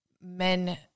men